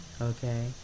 Okay